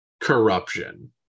corruption